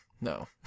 no